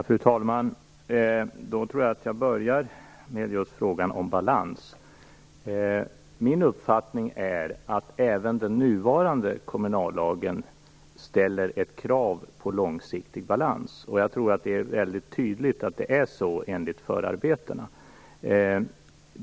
Fru talman! Jag tror att jag börjar med just frågan om balans. Min uppfattning är att även den nuvarande kommunallagen ställer ett krav på långsiktig balans. Jag tror att det är väldigt tydligt i förarbetena.